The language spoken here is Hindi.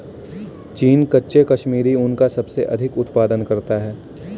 चीन कच्चे कश्मीरी ऊन का सबसे अधिक उत्पादन करता है